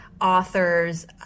authors